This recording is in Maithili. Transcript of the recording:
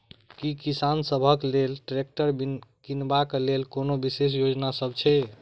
की किसान सबहक लेल ट्रैक्टर किनबाक लेल कोनो विशेष योजना सब छै?